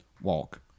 Walk